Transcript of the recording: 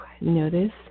notice